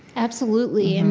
absolutely, and